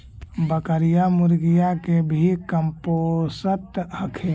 बकरीया, मुर्गीया के भी कमपोसत हखिन?